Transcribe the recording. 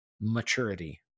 maturity